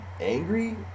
angry